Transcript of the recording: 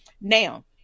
now